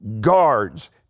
guards